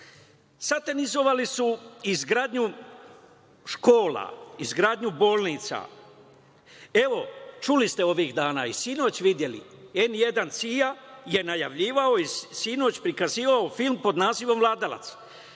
kace. Satanizovali su izgradnju škola, izgradnju bolnica. Evo, čuli ste ovih dana i videli sinoć, Televizija "N1" CIA je najavljivala i sinoć prikazivala film pod nazivom "Vladalac".